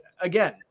again